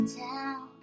town